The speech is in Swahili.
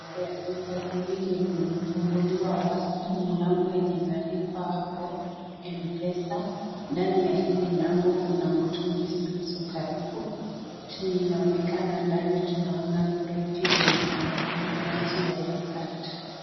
Lango ya duka hili lenye imefunguliwa wazi ni mlango yenye imeandikwa hapo Mpesa, ndani ya hili lango kuna mitungi zilizo karibu yenye inaonekana uko ndani kuna fridge yenye iko na vinywaji ya yoghurt .